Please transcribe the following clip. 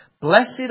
Blessed